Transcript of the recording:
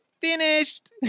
finished